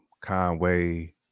conway